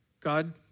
God